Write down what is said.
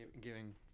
giving